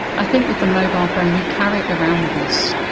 i think with the mobile phone we carry it around with us,